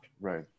right